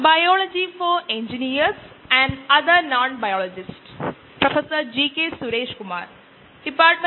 bio റിയാക്ടറുകളെക്കുറിച്ചുള്ള NPTEL online certification course അതായത് പ്രഭാഷണ നമ്പർ 10 ലേക്ക് സ്വാഗതം